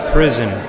Prison